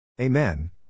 Amen